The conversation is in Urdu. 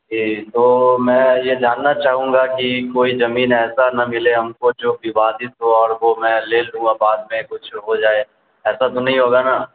جی تو میں یہ جاننا چاہوں گا کہ کوئی زمین ایسا نہ ملے ہم کو جو ووادت ہو اور وہ میں لے لوں اور بعد میں کچھ ہو جائے ایسا تو نہیں ہوگا نا